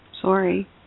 Sorry